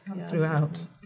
throughout